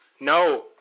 no